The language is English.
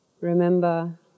Remember